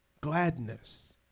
gladness